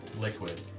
liquid